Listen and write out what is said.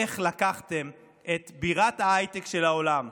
איך לקחתם את בירת ההייטק של העולם,